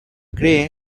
cree